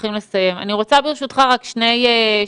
מוכרחים לסיים אבל לפני כן אני רוצה שני נתונים.